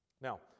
Now